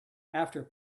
after